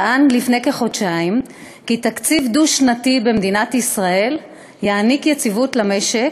טען לפני כחודשיים כי תקציב דו-שנתי במדינת ישראל יעניק יציבות למשק,